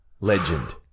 legend